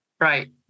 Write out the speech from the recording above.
right